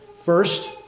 First